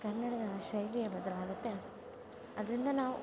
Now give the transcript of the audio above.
ಕನ್ನಡದ ಶೈಲಿಯೇ ಬದಲಾಗುತ್ತೆ ಅದರಿಂದ ನಾವು